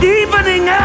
evening